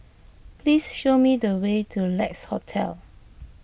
please show me the way to Lex Hotel